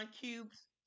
cubes